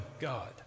God